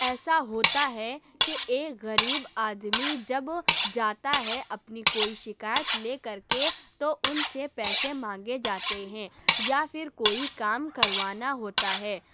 ایسا ہوتا ہے کہ ایک غریب آدمی جب جاتا ہے اپنی کوئی شکایت لے کر کے تو ان سے پیسے مانگے جاتے ہیں یا پھر کوئی کام کروانا ہوتا ہے